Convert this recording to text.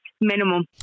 Minimum